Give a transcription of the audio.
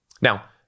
Now